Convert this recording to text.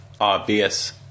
obvious